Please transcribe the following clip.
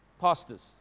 pastors